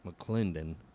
mcclendon